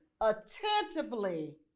attentively